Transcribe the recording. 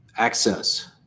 Access